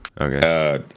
Okay